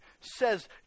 says